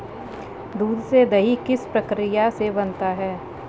दूध से दही किस प्रक्रिया से बनता है?